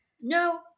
no